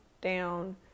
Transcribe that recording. down